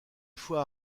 fois